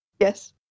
Yes